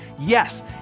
Yes